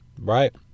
right